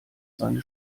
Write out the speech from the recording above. seine